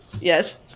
Yes